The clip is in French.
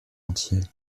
entier